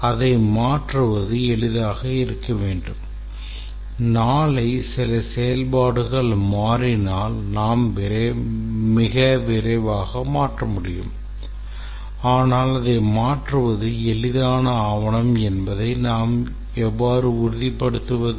அதை மாற்றுவது எளிதாக இருக்க வேண்டும் நாளை சில செயல்பாடுகள் மாறினால் நாம் மிக விரைவாக மாற்ற முடியும் ஆனால் அதை மாற்றுவது எளிதான ஆவணம் என்பதை எவ்வாறு உறுதிப்படுத்துவது